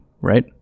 right